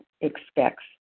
expects